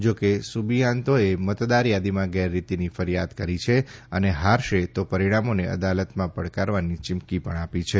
જા કે સુબિયાન્તોએ મતદાર યાદીમાં ગેરરીતીની ફરીયાદ કરી છે અને હારશે તો પરીણામોને અદાલતમાં પડકારવાની ચીમકી પણ આપી છે